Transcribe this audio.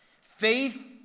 Faith